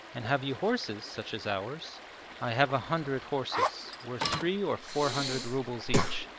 and have you horses such as ours i have a hundred horses, worth three or four hundred rubles each,